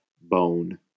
bone